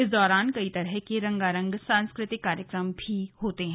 इस दौरान कई तरह के रंगारंग सांस्कृतिक कार्यक्रम भी होते हैं